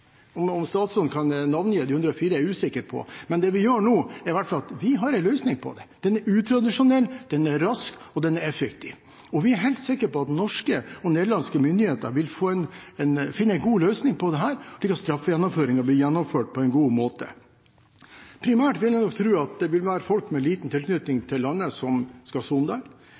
Om statsråden kan navngi de 104, er jeg usikker på, men det vi gjør nå, viser i hvert fall at vi har en løsning på det. Den er utradisjonell, den er rask, og den er effektiv. Vi er helt sikre på at norske og nederlandske myndigheter vil finne en god løsning på dette, slik at straffegjennomføringen skjer på en god måte. Primært vil jeg tro at det vil være folk med liten tilknytning